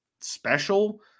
special